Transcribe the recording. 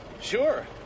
Sure